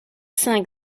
cinq